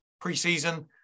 preseason